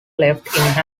left